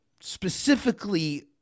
specifically